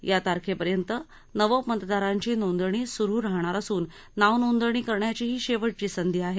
या तारखेपर्यंत नवमतदारांची नोंदणी सुरू राहणार असून नाव नोंदणी करण्याची ही शेवटची संधी आहे